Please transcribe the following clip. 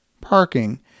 Parking